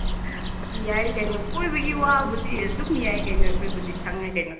ꯌꯥꯏ ꯀꯩꯅꯣ ꯀꯣꯏꯕꯒꯤ ꯋꯥꯕꯨꯗꯤ ꯑꯗꯨꯝ ꯌꯥꯏ ꯀꯩꯅꯣ ꯑꯩꯈꯣꯏꯕꯨꯗꯤ ꯁꯪꯉꯦ ꯀꯩꯅꯣ